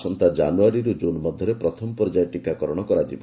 ଆସନ୍ତା ଜାନୁଆରୀରୁ ଜୁନ୍ ମଧ୍ୟରେ ପ୍ରଥମ ପର୍ଯ୍ୟାୟ ଟିକାକରଣ କରାଯିବ